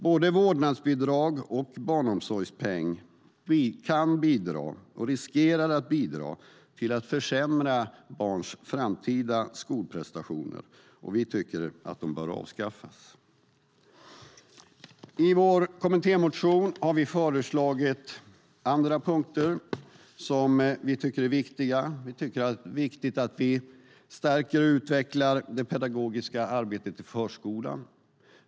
Både vårdnadsbidrag och barnomsorgspeng riskerar att bidra till att försämra barns framtida skolprestationer. Vi tycker att de bör avskaffas. I vår kommittémotion har vi föreslagit andra punkter som vi tycker är viktiga. Det är viktigt att vi stärker och utvecklar det pedagogiska arbetet i förskolan.